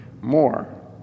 more